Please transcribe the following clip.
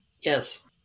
Yes